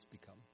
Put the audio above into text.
become